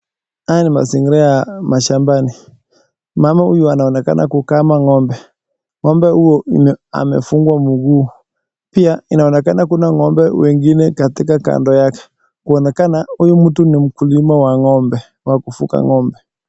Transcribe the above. Haya ni mazingira ya mashambani, mama huyu anaonekana kukama ng'ombe, ng'ombe huyu amefungwa mkuu pia inaonekana kuna ngombe wengine katika kando yake kuonekana huyu mtu ni mkulima wa ng'ombe wa kufuka ng'ombe.